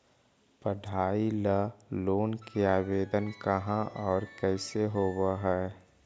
पढाई ल लोन के आवेदन कहा औ कैसे होब है?